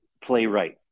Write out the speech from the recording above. playwright